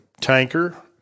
tanker